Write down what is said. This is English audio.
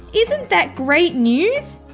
isn't that great news!